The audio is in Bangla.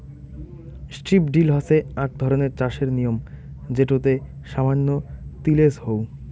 স্ট্রিপ ড্রিল হসে আক ধরণের চাষের নিয়ম যেটোতে সামান্য তিলেজ হউ